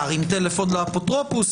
להרים טלפון לאפוטרופוס.